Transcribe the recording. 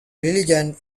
religion